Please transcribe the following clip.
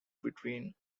between